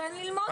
תן ללמוד.